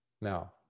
Now